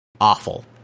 awful